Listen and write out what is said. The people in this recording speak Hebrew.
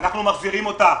מחזירים אותה.